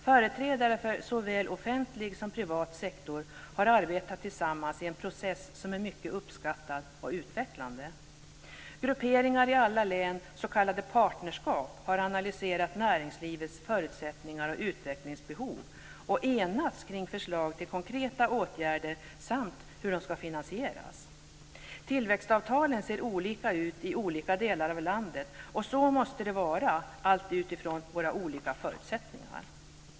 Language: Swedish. Företrädare för såväl offentlig som privat sektor har arbetat tillsammans i en process som är mycket uppskattad och utvecklande. Grupperingar i alla län, s.k. partnerskap, har analyserat näringslivets förutsättningar och utvecklingsbehov och enats om förslag till konkreta åtgärder samt om hur dessa ska finansieras. Tillväxtavtalen ser olika ut i olika delar av landet, och så måste det vara utifrån våra olika förutsättningar.